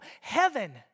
heaven